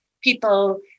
people